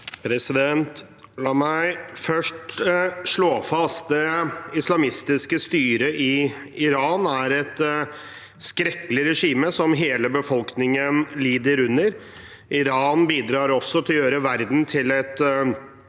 La meg først slå fast at det islamistiske styret i Iran er et skrekkelig regime som hele befolkningen lider under. Iran bidrar også til å gjøre verden til et